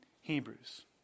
Hebrews